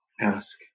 ask